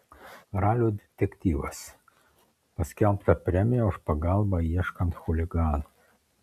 ralio detektyvas paskelbta premija už pagalbą ieškant chuliganų